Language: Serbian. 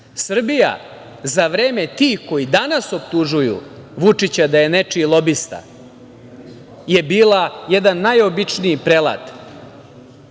za vreme tih koji danas optužuju Vučića da je nečiji lobista je bila jedan najobičniji prelat.